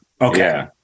okay